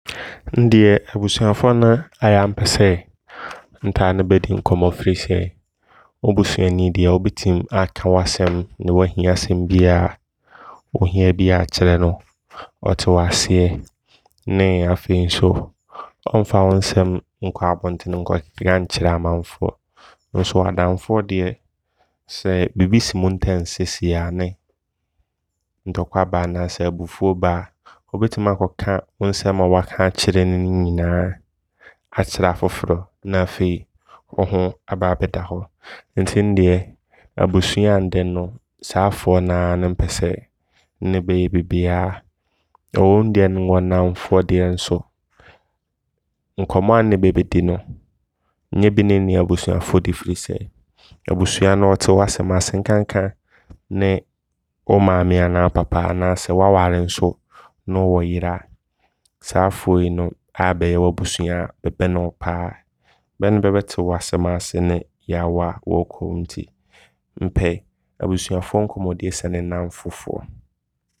Ndeɛ abusuafoɔ na ɔyɛ a mpɛ sɛ ntaa ne bɛ di nkɔmmɔ. Firi sɛ wo busuani deɛ wobɛtim aaka w'asɛm ne wahia sɛn biaa wohia biaa akyerɛ no. Ɔte waseɛ nee afei nso ɔmfa wo nsɛm nkɔ abɔntene nkɔkeka nkyerɛ amanfoɔ. Nso adamfo deɛ sɛ bibi si mo ntam seesei aa ne ntɔkwa ba a anaasɛ abufuo ba a ɔbɛtimi akɔka wo nsɛm a waka akyerɛ no ne nyinaa akyerɛ afoforɔ. Na afei wo ho abɛda hɔ. Nti ndeɛ abusua a ndamu no saafoɔ naa ne mpɛ sɛ nne bɛ yɛ biaa. Ɛwom deɛ nwɔ nnamfoɔ nso nkɔmmɔ a nne bɛ bɛdi no nyɛ bi ne nne abusuafoɔ di. Firi sɛ abusua no ɔɔte w'asɛm ase nkanka ne wo maame anaa wo papa anaasɛ waware nso ne wo wɔ yere a, saafoɔ yi no a bɛyɛ w'abusua bɛbene wo paa. Bɛ ne bɛbɛte w'asɛm ase ne yaw a wɔɔkɔm nti mpɛ abusuafoɔ nkɔmmɔdie sene nnamfofoɔ.